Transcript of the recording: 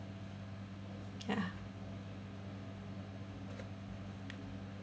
ya